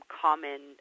common